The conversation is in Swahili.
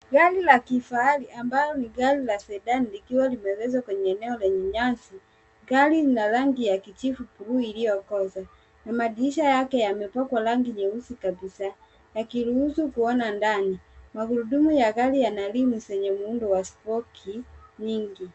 Gari la kifahari ambalo ni gari la SEDAN likiwa limeegezwa kwenye eneo lenye nyasi. Gari lina rangi ya kijivu bluu iliyokoza na madirisha yake yamepakwa rangi nyeusi kabisa yakiruhusu kuona ndani. Magurudumu ya gari yana rimu zenye muundo wa spoki nyingi.